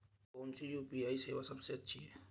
कौन सी यू.पी.आई सेवा सबसे अच्छी है?